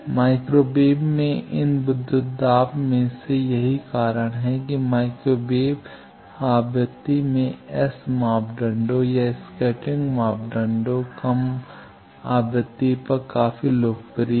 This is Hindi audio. माइक्रो वेव में इन विद्युत दाब में से यही कारण है कि माइक्रो वेव आवृत्ति में S मापदंडों या स्कैटरिंग मापदंडों कम आवृत्ति पर काफी लोकप्रिय है